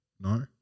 No